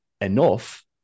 enough